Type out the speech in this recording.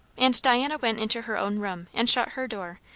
and diana went into her own room, and shut her door,